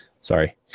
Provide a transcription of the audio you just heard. Sorry